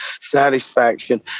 satisfaction